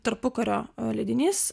tarpukario leidinys